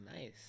nice